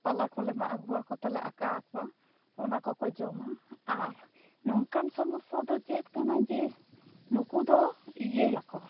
ᱯᱟᱞᱟ ᱠᱚᱞᱮ ᱢᱟᱜ ᱟᱹᱜᱩᱣᱟᱠᱚ ᱛᱮᱞᱮ ᱟᱠᱟᱠᱚᱣᱟ ᱚᱱᱟ ᱠᱚᱠᱚ ᱡᱚᱢᱟ ᱟᱨ ᱱᱚᱝᱠᱟᱱ ᱥᱚᱢᱚᱥᱥᱟ ᱫᱚ ᱪᱮᱫ ᱠᱟᱱᱟ ᱡᱮ ᱱᱩᱠᱩ ᱫᱚ ᱤᱭᱟᱹᱭᱟᱠᱚ